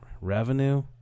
revenue